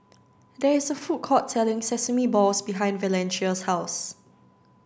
there's a food court selling sesame balls behind Valencia's house